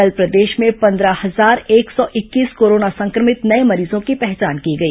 कल प्रदेश में पंद्रह हजार एक सौ इक्कीस कोरोना संक्रमित नये मरीजों की पहचान की गई